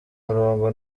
umurongo